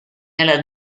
alla